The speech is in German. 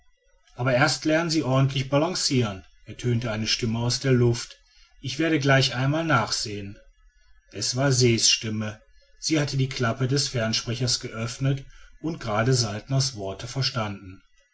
aber erst lernen sie ordentlich balancieren ertönte eine stimme aus der luft ich werde gleich einmal nachsehen es war ses stimme sie hatte die klappe des fernsprechers geöffnet und gerade saltners worte verstanden